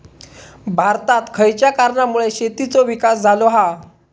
भारतात खयच्या कारणांमुळे शेतीचो विकास झालो हा?